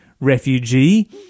refugee